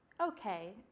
Okay